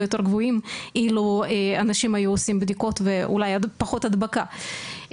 יותר גבוהים אילו אנשים היו עושים בדיקות ואולי פחות הדבקה.